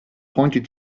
pointed